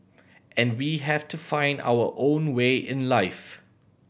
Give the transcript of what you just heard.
and we have to find our own way in life